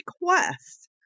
requests